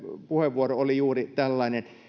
puheenvuoro oli juuri tällainen